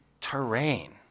terrain